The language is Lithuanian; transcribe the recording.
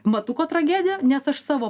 matuko tragedija nes aš savo